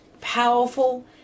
powerful